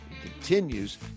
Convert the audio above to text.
continues